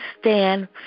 stand